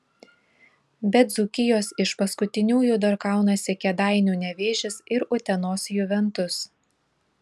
be dzūkijos iš paskutiniųjų dar kaunasi kėdainių nevėžis ir utenos juventus